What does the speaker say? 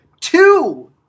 two